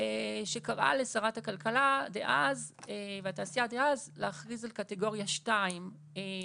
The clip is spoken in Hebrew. שקראה לשרת הכלכלה והתעשייה דאז לאכריז על קטגוריה 2 כזיקוק